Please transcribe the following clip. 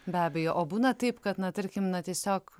be abejo o būna taip kad na tarkim na tiesiog